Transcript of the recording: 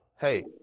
hey